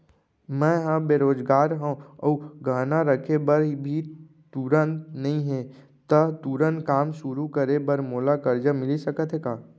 मैं ह बेरोजगार हव अऊ गहना रखे बर भी तुरंत नई हे ता तुरंत काम शुरू करे बर मोला करजा मिलिस सकत हे का?